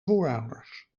voorouders